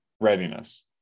readiness